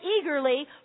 eagerly